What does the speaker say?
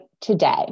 today